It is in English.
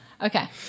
Okay